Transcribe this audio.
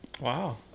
Wow